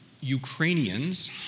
Ukrainians